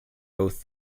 both